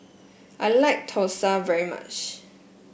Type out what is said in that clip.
I like Thosai very much